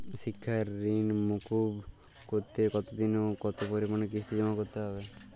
শিক্ষার ঋণ মুকুব করতে কতোদিনে ও কতো পরিমাণে কিস্তি জমা করতে হবে?